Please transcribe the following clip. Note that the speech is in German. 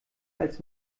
als